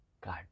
God